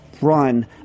run